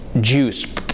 juice